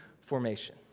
formation